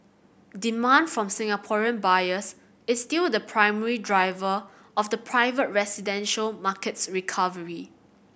demand from Singaporean buyers is still the primary driver of the private residential market's recovery